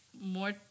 more